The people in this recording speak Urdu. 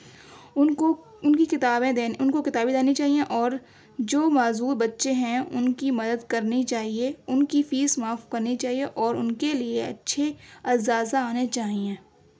ان کو ان کی کتابیں دیں ان کو کتابیں دینی چاہئیں اور جو معذور بچے ہیں ان کی مدد کرنی چاہیے ان کی فیس معاف کرنی چاہیے اور ان کے لیے اچھے اساتذہ آنے چاہئیں